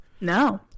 no